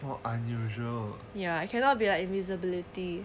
oh unusual